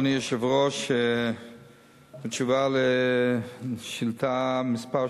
אדוני היושב-ראש, בתשובה על שאילתא מס'